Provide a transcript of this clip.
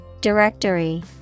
Directory